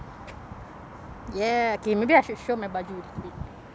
ya okay maybe I should show my baju a little bit